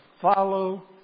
follow